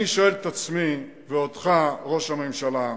אני שואל את עצמי ואותך, ראש הממשלה,